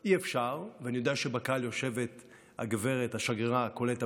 אני יודע שבקהל יושבת גב' השגרירה קולט אביטל,